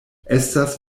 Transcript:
estas